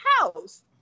house